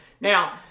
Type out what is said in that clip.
Now